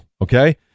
okay